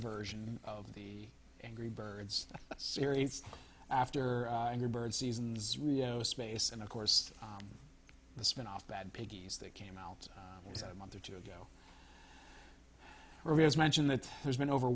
version of the angry birds series after your bird seasons rio space and of course the spin off bad piggies that came out a month or two ago or has mentioned that there's been over